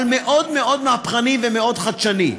אבל מאוד מאוד מהפכני ומאוד חדשני,